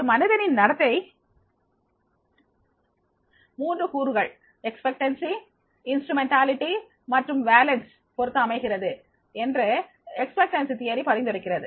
ஒரு மனிதனின் நடத்தை மூன்று கூறுகள் எதிர்பார்ப்பு கருவி மற்றும் வேலன்ஸ் பொருத்து அமைகிறது என்று எதிர்பார்ப்பு கோட்பாடு பரிந்துரைக்கிறது